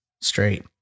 straight